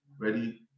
ready